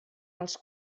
als